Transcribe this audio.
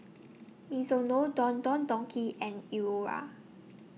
Mizuno Don Don Donki and